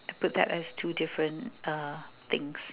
I put that as two different uh things